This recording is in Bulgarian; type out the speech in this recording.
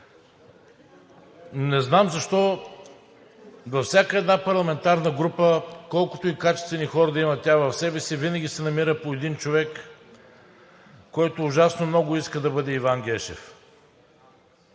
Не знам защо във всяка една парламентарна група, колкото и качествени хора да има тя в себе си, винаги се намира по един човек, който ужасно много иска да бъде Иван Гешев.